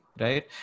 right